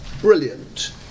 Brilliant